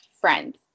friends